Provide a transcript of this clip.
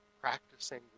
practicing